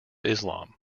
islam